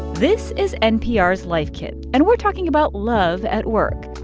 this is npr's life kit, and we're talking about love at work.